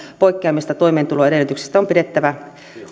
poikkeamista toimeentuloedellytyksistä on pidettävä